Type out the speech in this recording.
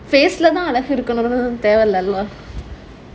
face தான் அழகு இருக்கனும்னு தேவையில்ல:thaan alaka irukanumnu thevailla lah